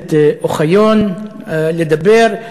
הכנסת אוחיון לדבר,